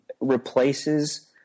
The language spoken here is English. replaces